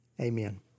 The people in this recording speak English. amen